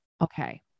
okay